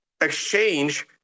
exchange